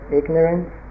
ignorance